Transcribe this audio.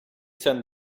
send